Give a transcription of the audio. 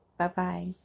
Bye-bye